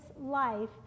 life